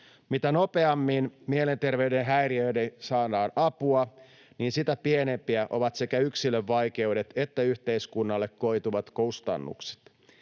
Mitä nopeammin mielenterveyden häiriöihin saadaan apua, sitä pienempiä ovat sekä yksilön vaikeudet että yhteiskunnalle koituvat kustannukset.